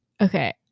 Okay